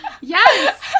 yes